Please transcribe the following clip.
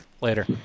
later